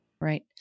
Right